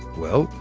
well,